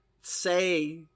say